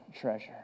Treasure